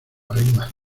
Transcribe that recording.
arrima